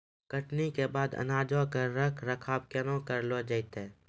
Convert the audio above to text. कटनी के बाद अनाजो के रख रखाव केना करलो जैतै?